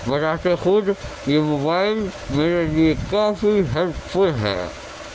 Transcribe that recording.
بذات خود یہ موبائل میرے لئے کافی ہیلپفل ہے